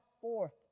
forth